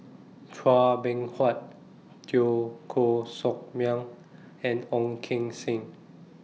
Chua Beng Huat Teo Koh Sock Miang and Ong Keng Sen